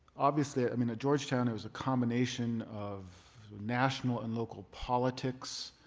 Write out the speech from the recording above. obviously, i mean at georgetown, it was a combination of national and local politics